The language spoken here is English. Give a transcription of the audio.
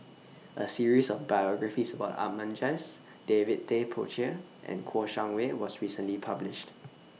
A series of biographies about Ahmad Jais David Tay Poey Cher and Kouo Shang Wei was recently published